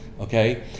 Okay